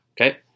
Okay